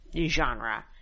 genre